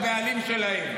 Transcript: הבעלים שלהם.